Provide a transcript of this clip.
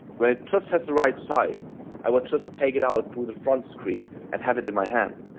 when it just has the right size i will just take it out through the front screen and have it in my hand.